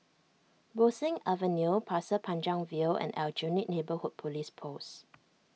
Bo Seng Avenue Pasir Panjang View and Aljunied Neighbourhood Police Post